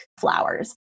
flowers